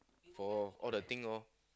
for all the things orh